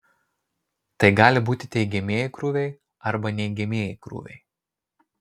tai gali būti teigiamieji krūviai arba neigiamieji krūviai